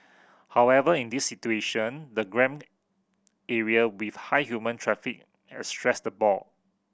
however in this situation the area with high human traffic had stressed the boar